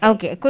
Okay